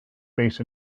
based